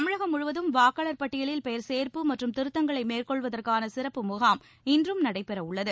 தமிழகம் முழுவதும் வாக்காளர் பட்டியலில் பெயர் சேர்ப்பு மற்றும் திருத்தங்களை மேற்கொள்வதற்கான சிறப்பு முகாம் இன்றும் நடைபெற உள்ளது